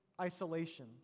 isolation